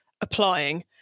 applying